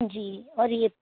جی اور یہ